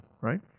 right